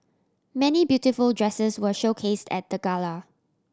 many beautiful dresses were showcase at the gala